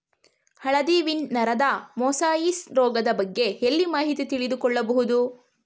ಹಳದಿ ವೀನ್ ನರದ ಮೊಸಾಯಿಸ್ ರೋಗದ ಬಗ್ಗೆ ಎಲ್ಲಿ ಮಾಹಿತಿ ತಿಳಿದು ಕೊಳ್ಳಬಹುದು?